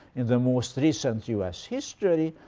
in the most recent u s. history,